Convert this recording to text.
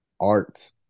art